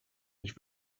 ich